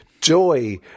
joy